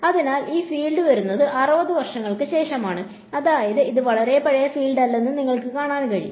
അതിനാൽ ഈ ഫീൽഡ് വരുന്നത് 60 കൾക്ക് ശേഷമാണ് അതായത് ഇത് വളരെ പഴയ ഫീൽഡ് അല്ലെന്ന് നിങ്ങൾക്ക് കാണാൻ കഴിയും